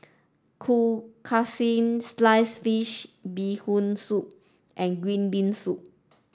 Kueh Kaswi sliced fish bee hoon soup and green bean soup